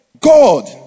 God